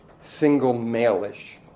single-male-ish